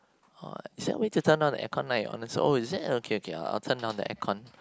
uh is there a way to turn down the aircon on oh is it okay okay I'll turn down the aircon